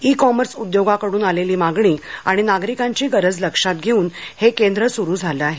E commerce उद्योगाकडून आलेली मागणी आणि नागरिकांची गरज लक्षात घेऊन विभागीय वितरण केंद्रसुरू झाले आहे